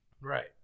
Right